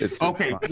Okay